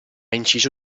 inciso